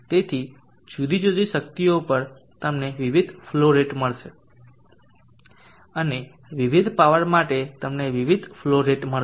તેથી જુદી જુદી શક્તિઓ પર તમને વિવિધ ફલો રેટ મળશે અને વિવિધ પાવર માટે તમને વિવિધ ફ્લો રેટ મળશે